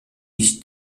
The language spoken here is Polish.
iść